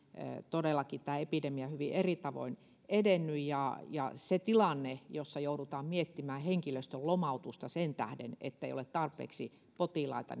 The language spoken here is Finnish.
todellakin tämä epidemia hyvin eri tavoin edennyt ja ja se tilanne jossa joudutaan miettimään henkilöstön lomautusta sen tähden että ei ole tarpeeksi potilaita